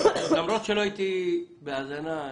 למרות שלא הייתי בהאזנה ברצף,